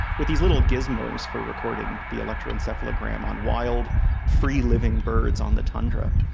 with these little gizmos for recording the electroencephalogram on wild free-living birds on the tundra.